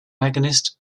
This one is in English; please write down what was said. agonist